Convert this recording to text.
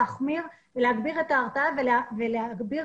להגביר את ההרתעה ולהחמיר